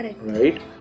right